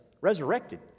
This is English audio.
resurrected